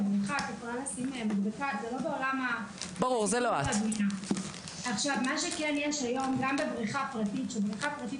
לשחות בבריכה זה עולם אחר מעניין של סחף בים.